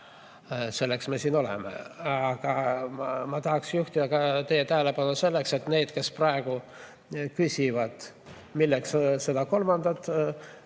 Selleks me siin oleme. Aga ma tahaksin juhtida teie tähelepanu sellele, et need, kes praegu küsivad, milleks seda kolmandat